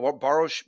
borrow